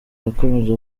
yakomeje